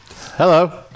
Hello